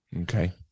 Okay